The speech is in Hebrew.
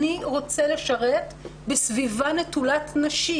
אני רוצה לשרת בסביבה נטולת נשים.